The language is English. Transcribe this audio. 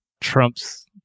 Trump's